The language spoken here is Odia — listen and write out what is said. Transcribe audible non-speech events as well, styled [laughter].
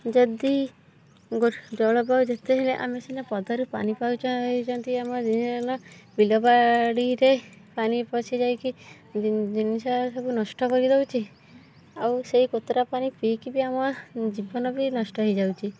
ଯଦି ଜଳବାୟୁ ଯେତେ ହେଲେ ଆମେ ସିନା ପଦାରୁ ପାଣି ପାଉଛନ୍ତି ଆମ [unintelligible] ବିଲ ବାଡ଼ିରେ ପାଣି ପଶିଯାଇକି ଜିନିଷ ସବୁ ନଷ୍ଟ କରିଦେଉଛି ଆଉ ସେଇ କୋତରା ପାଣି ପିଇକି ବି ଆମ ଜୀବନ ବି ନଷ୍ଟ ହେଇଯାଉଛି